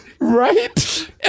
Right